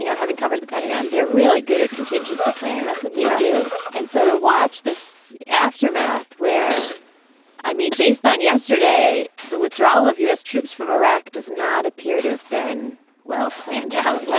you know having covered the pentagon, they're really good at contingency planning. that's what they do. and so to watch this aftermath where i mean, based on yesterday, the withdrawal of u s. troops from iraq does not appear to have been well planned to help. yeah